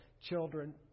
children